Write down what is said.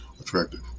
attractive